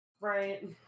Right